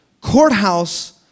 courthouse